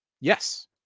yes